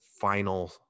final